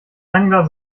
angler